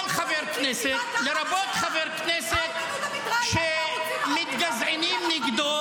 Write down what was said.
- שכל חבר כנסת, לרבות חברי כנסת שמתגזענים נגדו